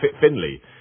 Finley